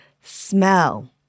Smell